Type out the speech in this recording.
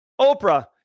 Oprah